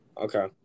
Okay